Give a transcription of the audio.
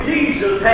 Jesus